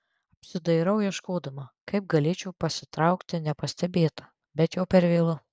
apsidairau ieškodama kaip galėčiau pasitraukti nepastebėta bet jau per vėlu